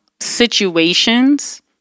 situations